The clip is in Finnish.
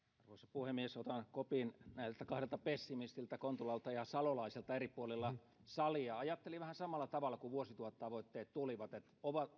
puhemies otan kopin näiltä kahdelta pessimistiltä kontulalta ja salolaiselta eri puolilla salia ajattelin vähän samalla tavalla silloin kun vuosituhattavoitteet tulivat että